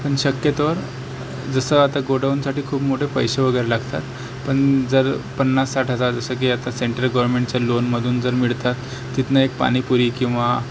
पण शक्यतो जसं आता गोडाऊनसाठी खूप मोठे पैसे वगैरे लागतात पण जर पन्नास साठ हजार जसं की आता सेंट्रल गवरमेंटच लोनमधून जर मिळतात तिथनं एक पाणीपुरी किंवा